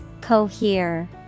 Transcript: Cohere